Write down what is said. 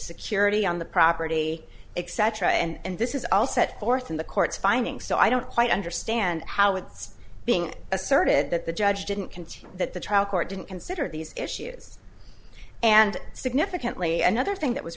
security on the property except for a and this is all set forth in the court's findings so i don't quite understand how it's being asserted that the judge didn't continue that the trial court didn't consider these issues and significantly another thing that was